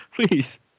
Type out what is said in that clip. Please